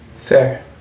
Fair